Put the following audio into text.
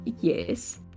Yes